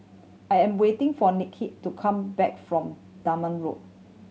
I am waiting for to come back from Dunman Road